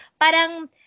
parang